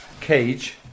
cage